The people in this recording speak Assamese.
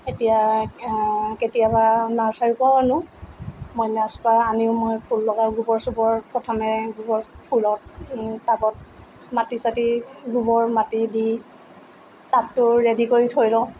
এতিয়া কেতিয়াবা নাৰ্ছাৰিৰ পৰাও আনোঁ মই নাৰ্ছাৰীৰ পৰা আনিও মই ফুল লগাওঁ গোবৰ চোবৰ প্ৰথমে গোবৰ ফুলত টাবত মাটি চাটি গোবৰ মাটি দি টাবটো ৰেডি কৰি থৈ লওঁ